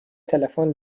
تلفن